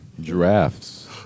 giraffes